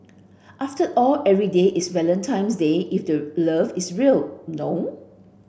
after all every day is Valentine's Day if the love is real no